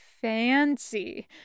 fancy